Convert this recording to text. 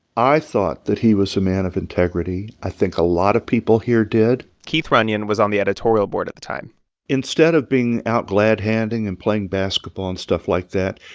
i thought that he was a man of integrity. i think a lot of people here did keith runyon was on the editorial board at the time instead of being out glad-handing and playing basketball and stuff like that,